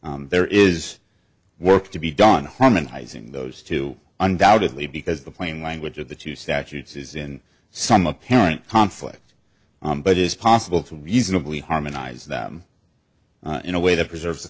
out there is work to be done harmonizing those two undoubtedly because the plain language of the two statutes is in some apparent conflict but it is possible to reasonably harmonize them in a way that preserves the